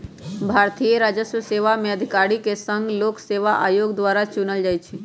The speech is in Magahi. भारतीय राजस्व सेवा में अधिकारि के संघ लोक सेवा आयोग द्वारा चुनल जाइ छइ